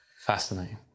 Fascinating